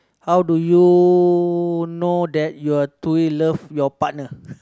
how do you know that you're truly love your partner